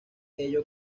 ello